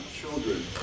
children